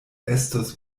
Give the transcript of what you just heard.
estos